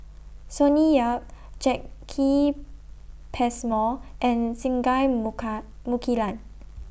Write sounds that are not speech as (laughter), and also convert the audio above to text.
Sonny Yap Jacki Passmore and Singai (unintelligible) Mukilan